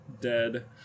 Dead